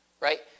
Right